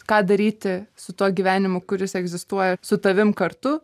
ką daryti su tuo gyvenimu kuris egzistuoja su tavim kartu